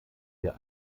wir